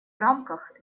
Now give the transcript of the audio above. рамках